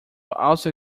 also